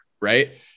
right